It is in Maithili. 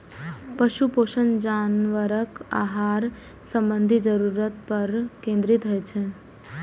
पशु पोषण जानवरक आहार संबंधी जरूरत पर केंद्रित होइ छै